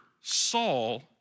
Saul